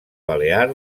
balear